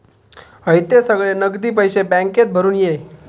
हयते सगळे नगदी पैशे बॅन्केत भरून ये